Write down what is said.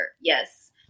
yes